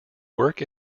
work